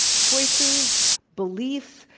choices, beliefs,